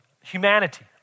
humanity